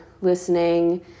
listening